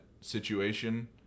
situation